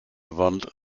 wand